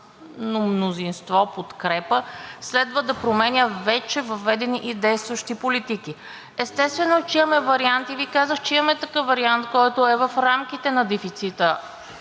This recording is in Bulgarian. мнозинство, подкрепа, следва да променя вече въведени и действащи политики. Естествено, че имаме варианти и Ви казах, че имаме такъв вариант, който е в рамките на дефицита,